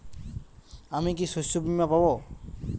আমি কি শষ্যবীমা পাব?